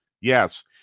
yes